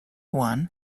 won